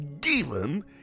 given